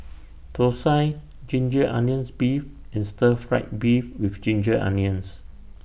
Thosai Ginger Onions Beef and Stir Fried Beef with Ginger Onions